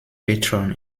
patron